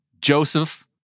Joseph